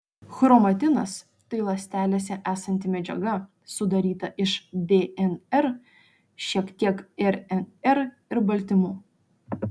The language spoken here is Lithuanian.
chromatinas tai ląstelėse esanti medžiaga sudaryta iš dnr šiek tiek rnr ir baltymų